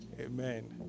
Amen